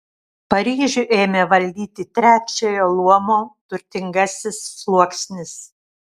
paryžių ėmė valdyti trečiojo luomo turtingasis sluoksnis